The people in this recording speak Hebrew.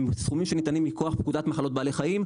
הם סכומים שניתנים מכוח פקודת מחלות בעלי חיים,